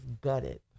gutted